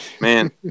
Man